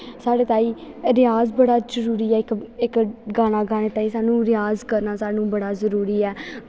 साढ़े तांहीं रिआज़ बड़ा जरूरी ऐ इक गाना गाने ताहीं सानूं रिआज़ करना सानूं बड़ा जरूरी ऐ